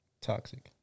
toxic